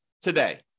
today